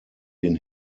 den